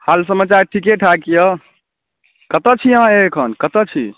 हाल समाचार ठिकेठाक अइ कतऽ छी अहाँ ए एखन कतऽ छी